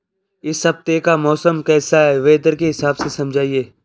इस हफ्ते का मौसम कैसा है वेदर के हिसाब से समझाइए?